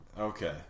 Okay